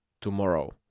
tomorrow